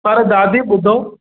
पर दादी ॿुधो